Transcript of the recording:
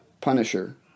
punisher